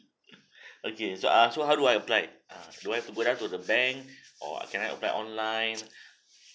okay so ah so how do I apply ah do I have to go down to the bank or can I apply online